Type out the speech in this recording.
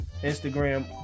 Instagram